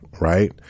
right